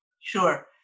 Sure